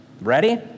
Ready